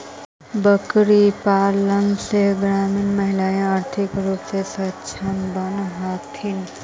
बकरीपालन से ग्रामीण महिला आर्थिक रूप से सक्षम बनित हथीन